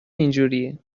اینجوریه